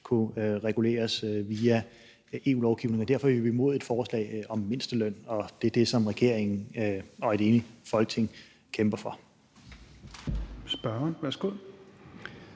kunne reguleres via EU-lovgivningen. Derfor er vi imod et forslag om mindsteløn, og det er det, som regeringen og et enigt Folketing kæmper for. Kl. 15:07 Tredje